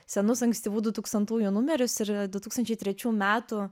senus ankstyvų du tūkstantųjų numerius ir du tūkstančiai trečių